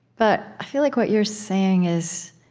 but i feel like what you're saying is